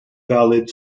valid